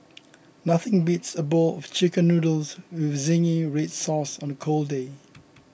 nothing beats a bowl of Chicken Noodles with Zingy Red Sauce on a cold day